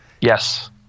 Yes